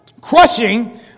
crushing